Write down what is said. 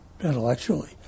intellectually